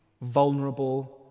vulnerable